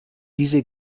diese